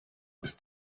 ist